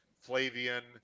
flavian